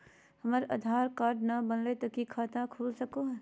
हमर आधार कार्ड न बनलै तो तो की खाता खुल सको है?